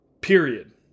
Period